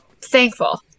thankful